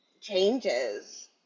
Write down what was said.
changes